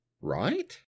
Right